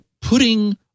putting